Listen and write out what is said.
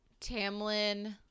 Tamlin